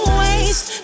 waste